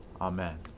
Amen